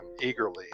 eagerly